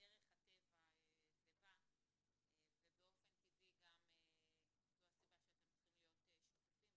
מדרך הטבע זה בא ובאופן טבעי גם זו הסיבה שאתם צריכים להיות שותפים,